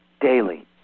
daily